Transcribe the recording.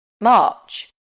March